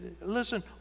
Listen